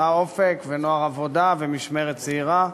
תא "אופק" ונוער עבודה ומשמרת צעירה,